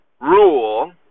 rule